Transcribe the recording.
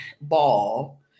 ball